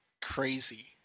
crazy